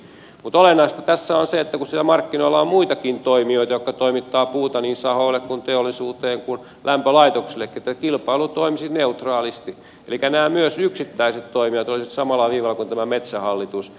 mutta olennaista tässä on se että kun siellä markkinoilla on muitakin toimijoita jotka toimittavat puuta niin sahoille kuin teollisuuteen kuin lämpölaitoksillekin niin kilpailu toimisi neutraalisti elikkä myös nämä yksittäiset toimijat olisivat samalla viivalla kuin metsähallitus